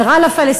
זה רע לפלסטינים,